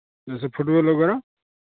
जैसे फुटबॉल वगैरह